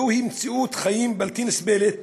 זוהי מציאות חיים בלתי נסבלת